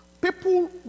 people